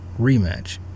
rematch